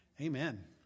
amen